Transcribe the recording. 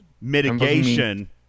mitigation